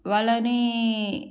వాళ్ళనీ